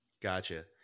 Gotcha